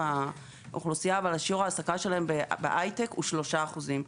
באוכלוסייה אבל בהייטק הוא 3 אחוזים.